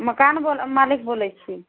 मकान मालिक बोलै छी